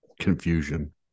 confusion